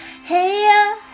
Hey